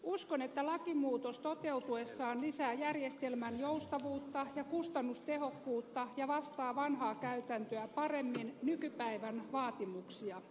uskon että lakimuutos toteutuessaan lisää järjestelmän joustavuutta ja kustannustehokkuutta ja vastaa vanhaa käytäntöä paremmin nykypäivän vaatimuksia